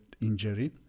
injury